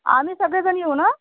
आम्ही सगळेजण येऊ नं